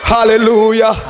Hallelujah